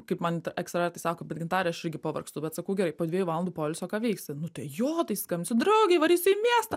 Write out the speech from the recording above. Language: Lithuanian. kaip man ekstravertai sako bet gintare aš irgi pavargstu bet sakau gerai po dviejų valandų poilsio ką veiksi nu tai jo tai skambinsiu draugei varysiu į miestą